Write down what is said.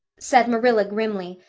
said marilla grimly,